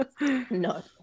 No